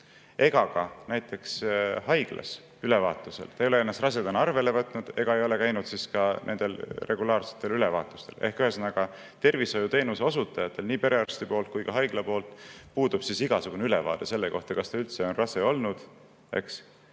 ega ka näiteks haiglas läbivaatusel, ta ei ole ennast rasedana arvele võtnud ega ole käinud ka regulaarsetel läbivaatustel, ehk ühesõnaga, tervishoiuteenuse osutajatel, nii perearstil kui ka haiglal puudub igasugune ülevaade selle kohta, kas ta üldse on rase olnud, eks,